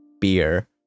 beer